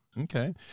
Okay